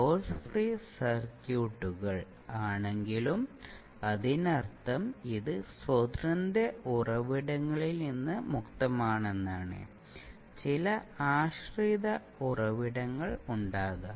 source free സർക്യൂട്ടുകൾ ആണെങ്കിലും അതിനർത്ഥം ഇത് സ്വതന്ത്ര ഉറവിടങ്ങളിൽ നിന്ന് മുക്തമാണെന്നാണ് ചില ആശ്രിത ഉറവിടങ്ങൾ ഉണ്ടാകാം